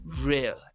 real